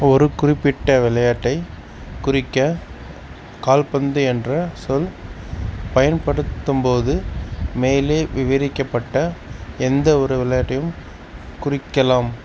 ஒரு குறிப்பிட்ட விளையாட்டைக் குறிக்க கால்பந்து என்ற சொல் பயன்படுத்தும்போது மேலே விவரிக்கப்பட்ட எந்த ஒரு விளையாட்டையும் குறிக்கலாம்